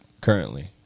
currently